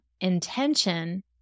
Intention